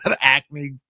acne